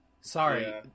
Sorry